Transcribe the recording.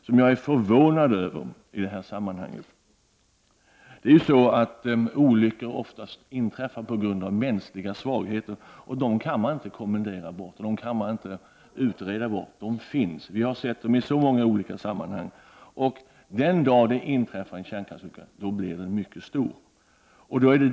Den tron är jag förvånad över i det här sammanhanget. Olyckor inträffar ju oftast på grund av mänskliga svagheter, och dem kan man inte kommendera bort eller utreda bort, så att säga. De finns. Vi har sett dem i så många olika sammanhang. Den dag då en kärnkraftsolycka inträffar blir den mycket stor.